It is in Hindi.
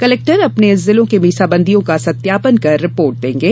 कलेक्टर अपने जिलों के मीसा बंदियों का सत्यापन कर रिपोर्ट देंगे